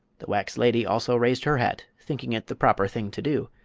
the wax lady also raised her hat, thinking it the proper thing to do,